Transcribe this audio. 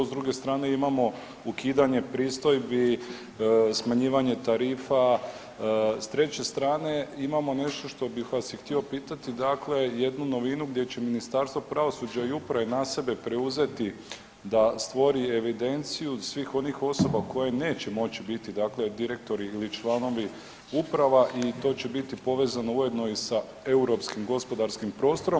S druge strane imamo ukidanje pristojbi, smanjivanje tarifa, s treće strane imamo nešto što bih vas i htio pitat, dakle jednu novinu gdje će Ministarstvo pravosuđe i uprave na sebe preuzeti da stvori evidenciju svih onih osoba koje neće moći biti direktori ili članovi uprava i to će biti povezano ujedno i sa europskim gospodarskim prostorom.